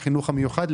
החינוך המיוחד,